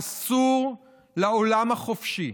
אסור לעולם החופשי